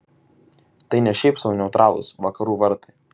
tai ne šiaip sau neutralūs vakarų vartai